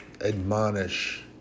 admonish